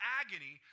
agony